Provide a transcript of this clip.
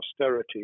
austerity